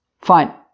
Fine